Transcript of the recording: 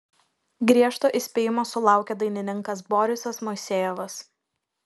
griežto įspėjimo sulaukė dainininkas borisas moisejevas